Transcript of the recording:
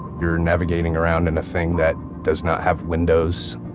you're navigating around in a thing that does not have windows,